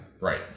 Right